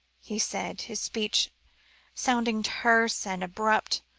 he said, his speech sounding terse and abrupt,